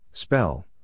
Spell